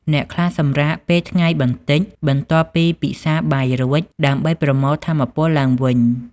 អ្នកខ្លះសម្រាកពេលថ្ងៃបន្តិចបន្ទាប់ពីពិសាបាយរួច ដើម្បីប្រមូលថាមពលឡើងវិញ។